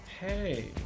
Hey